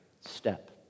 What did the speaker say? step